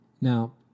Now